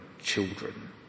children